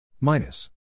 Minus